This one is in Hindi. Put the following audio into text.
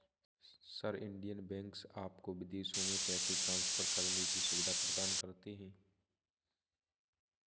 सर, इन्डियन बैंक्स आपको विदेशों में पैसे ट्रान्सफर करने की सुविधा प्रदान करते हैं